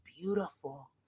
beautiful